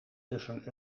tussen